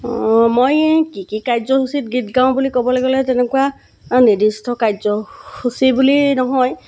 মই কি কি কাৰ্য্যসূচীত গীত গাঁও বুলি ক'বলৈ গ'লে তেনেকুৱা নিৰ্দিষ্ট কাৰ্য্যসূচী বুলি নহয়